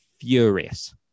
furious